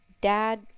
dad